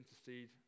intercede